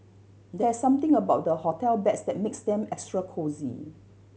there's something about the hotel beds that makes them extra cosy